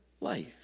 life